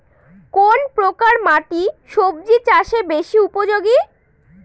কোন প্রকার মাটি সবজি চাষে বেশি উপযোগী?